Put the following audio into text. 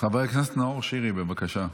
חבר הכנסת נאור שירי, בבקשה.